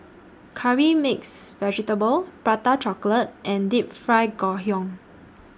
Curry Mixed Vegetable Prata Chocolate and Deep Fried Ngoh Hiang